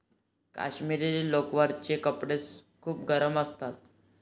काश्मिरी लोकरचे कपडे खूप गरम असतात